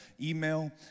email